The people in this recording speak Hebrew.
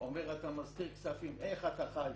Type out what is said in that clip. אתה מסתיר כספים איך אתה חי,